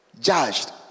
Judged